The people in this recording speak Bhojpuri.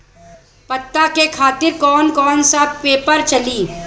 पता के खातिर कौन कौन सा पेपर चली?